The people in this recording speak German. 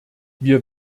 wir